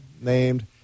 named